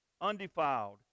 undefiled